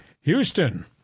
Houston